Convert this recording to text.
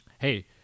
hey